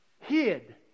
hid